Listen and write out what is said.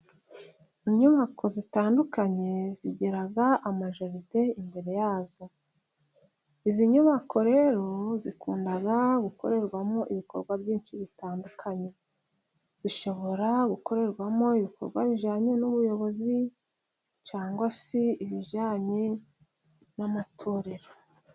Inyubako zitandukanye zigira amajaride imbere yazo, izi nyubako rero zikunda gukorerwamo, ibikorwa byinshi bitandukanye, zishobora gukorerwamo ibikorwa bijyanye n'ubuyobozi, cyangwa se ibijyanye n'amatorero.